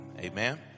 Amen